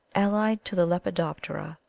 allied to the lepidoptera,